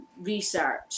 research